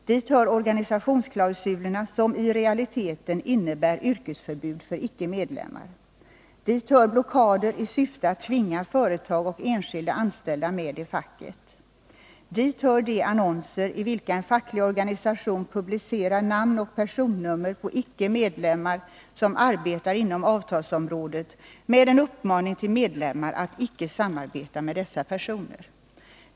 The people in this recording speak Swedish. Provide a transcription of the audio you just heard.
Dit hör organisationsklausulerna, som i realiteten innebär yrkesförbud för icke medlemmar. Dit hör blockader i syfte att tvinga företag och enskilda anställda med i facket. Dit hör de annonser i vilka en facklig organisation publicerar namn och personnummer på icke medlemmar som arbetar inom avtalsområdet med en uppmaning till medlemmar att icka samarbeta med dessa personer.